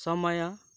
समय